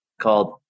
called